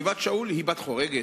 איפה השכל הישר?